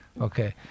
Okay